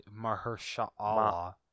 Mahershala